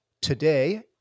Today